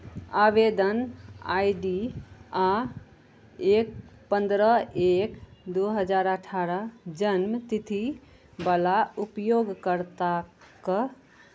आवेदन I D आ एक पन्द्रह एक दू हजार अठारह जन्मतिथिवला उपयोगकर्ताके